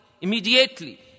immediately